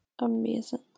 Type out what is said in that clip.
Amazing